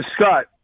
Scott